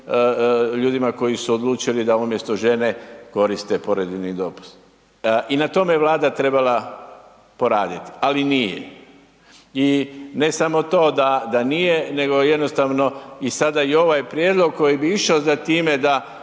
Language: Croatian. ljudima koji su odlučili da umjesto žene koriste porodiljni dopust. I na tome je Vlada trebala poradit, ali nije. I ne samo to da, da nije nego jednostavno i sada ovaj prijedlog koji bi išao za time da